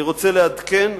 אני רוצה לעדכן,